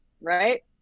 right